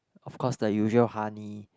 of course the usual honey